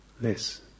less